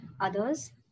others